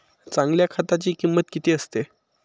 चांगल्या खताची किंमत किती असते?